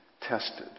tested